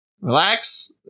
relax